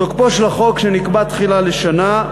תוקפו של החוק נקבע תחילה לשנה,